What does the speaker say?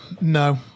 No